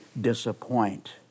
disappoint